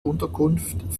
unterkunft